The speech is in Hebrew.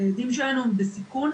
הילדים שלנו בסיכון.